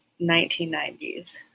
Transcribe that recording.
1990s